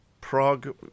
Prague